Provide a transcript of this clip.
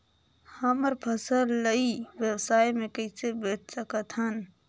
हमर फसल ल ई व्यवसाय मे कइसे बेच सकत हन?